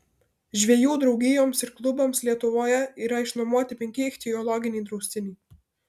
žvejų draugijoms ir klubams lietuvoje yra išnuomoti penki ichtiologiniai draustiniai